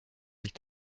nicht